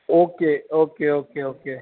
okay okay okay okay